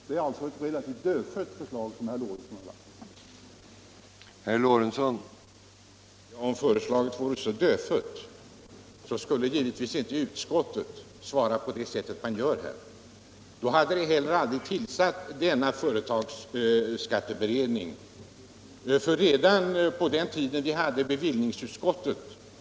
Det är alltså ett relativt dödfött förslag som herr Lorentzon har lagt fram.